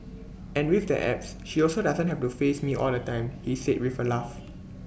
and with the apps she also doesn't have to face me all the time he said with A laugh